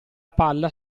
palla